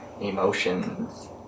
Emotions